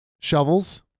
shovels